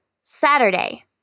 Saturday